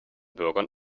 bürgern